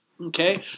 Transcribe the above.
Okay